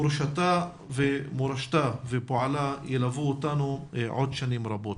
מורשתה ופועלה ילוו אותנו עוד שנים רבות,